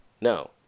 No